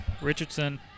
Richardson